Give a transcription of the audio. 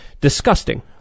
disgusting